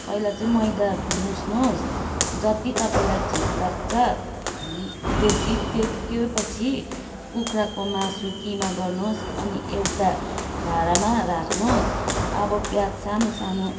पहिला चाहिँ मैदा मुछ्नुहोस् जति तपाईँलाई ठिक लाग्छ त्यति त्यो त्यो पछि कुखुराको मासु किमा गर्नुहोस् अनि एउटा भाँडामा राख्नुहोस् अब प्याज सानो सानो